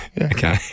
okay